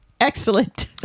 Excellent